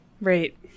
Right